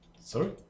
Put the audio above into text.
Sorry